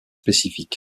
spécifiques